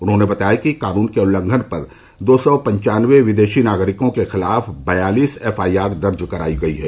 उन्होंने बताया कि कानून के उल्लंघन पर दो सौ पन्चानबे विदेशी नागरिकों के खिलाफ बयालीस एफ आई आर दर्ज कराई गई हैं